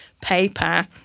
paper